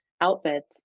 outfits